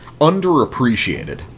underappreciated